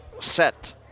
set